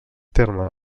terme